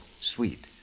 sweet